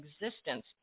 existence